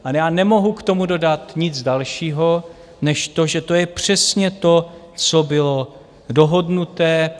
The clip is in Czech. Ale já nemohu k tomu dodat nic dalšího než to, že to je přesně to, co bylo dohodnuté.